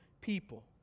people